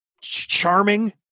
charming